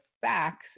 facts